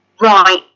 right